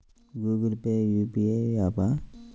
Google Pay UPI య్యాపా?